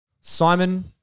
Simon